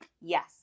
yes